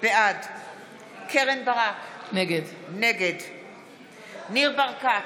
בעד קרן ברק, נגד ניר ברקת,